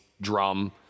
drum